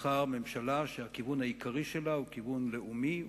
שבחר ממשלה שהכיוון העיקרי שלה הוא כיוון לאומי,